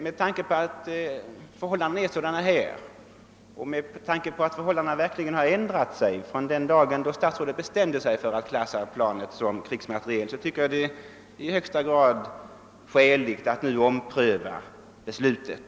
Med tanke på de anförda omständigheterna, särskilt att förhållandena i dag är andra än de som förelåg den dag när statsrådet bestämde sig för att klassificera denna flygplanstyp som krigsmateriel, tycker jag att det i högsta grad är skäligt att nu ompröva beslutet.